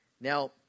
Now